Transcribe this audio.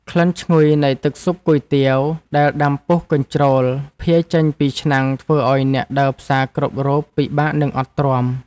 ក្លិនឈ្ងុយនៃទឹកស៊ុបគុយទាវដែលដាំពុះកញ្ជ្រោលភាយចេញពីឆ្នាំងធ្វើឱ្យអ្នកដើរផ្សារគ្រប់រូបពិបាកនឹងអត់ទ្រាំ។